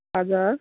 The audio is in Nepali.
हजुर